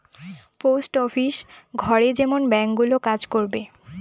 post office ঘরে যেসব bank গুলো কাজ করবে